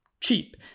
cheap